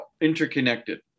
interconnected